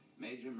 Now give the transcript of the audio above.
Major